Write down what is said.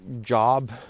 job